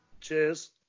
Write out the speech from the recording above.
Cheers